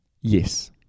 Yes